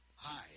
Hi